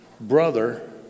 brother